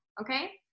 Okay